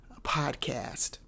podcast